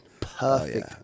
perfect